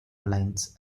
lines